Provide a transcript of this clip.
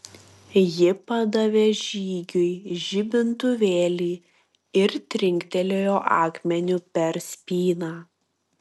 ji padavė žygiui žibintuvėlį ir trinktelėjo akmeniu per spyną